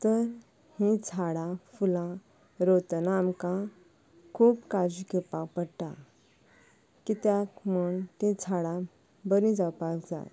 तर हीं झाडां फुलां रोयतना आमकां खूब काळजी घेवपा पडटा कित्याक म्हूण तीं झाडां बरी जावपाक जाय